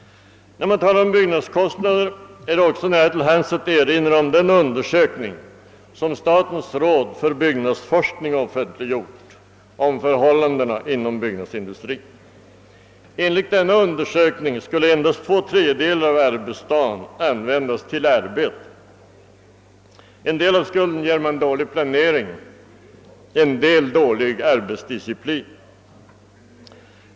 När man talar om byggnadskostnader ligger det också nära till hands att erinra om den undersökning, som statens råd för byggnadsforskning offentliggjort om förhållandena inom byggnadsindustrin. Enligt denna undersökning skulle endast två tredjedelar av arbetsdagen användas till arbete. En del av skulden lägges på dålig planering, en del på dålig arbetsdisciplin.